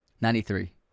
Ninety-three